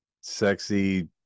sexy